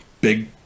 big